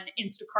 Instacart